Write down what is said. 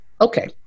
Okay